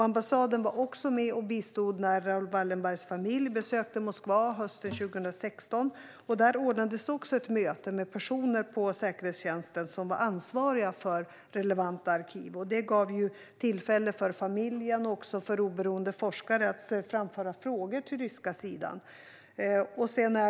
Ambassaden bistod också när Raoul Wallenbergs familj besökte Moskva hösten 2016. Där ordnades också ett möte med personer på säkerhetstjänsten som var ansvariga för relevanta arkiv, något som gav tillfälle för familjen och också för oberoende forskare att framföra frågor till den ryska sidan.